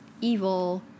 evil